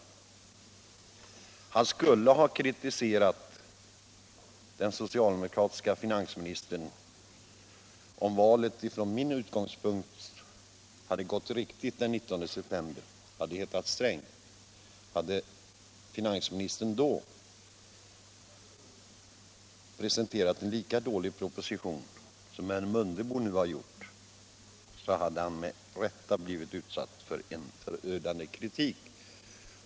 Han skulle ha kritiserat den om finansministern — i fall valet från min synpunkt sett hade gått riktigt den 19 september — hade hetat Sträng. Om den finansministern hade presenterat en lika dålig proposition som herr Mundebo nu har gjort hade han med rätta blivit utsatt för en förödande kritik.